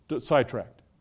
sidetracked